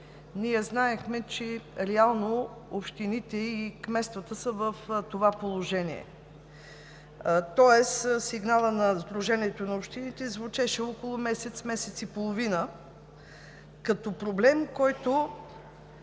ние знаехме, че реално общините и кметствата са в това положение. Тоест сигналът на Сдружението на общините звучеше около месец, месец и половина като проблем, който